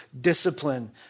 Discipline